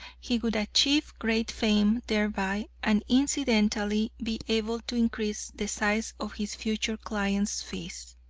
he would achieve great fame thereby, and incidentally be able to increase the size of his future clients' fees.